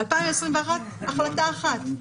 ב-2021 רק החלטה אחת.